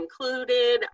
included